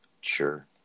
Sure